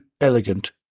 elegant